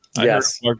Yes